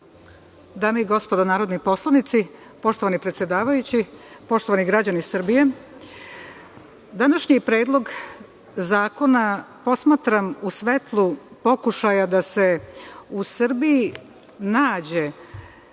Dame i gospodo narodni poslanici, poštovani predsedavajući, poštovani građani Srbije, današnji Predlog zakona posmatram u svetlu pokušaja da se u Srbiji nađe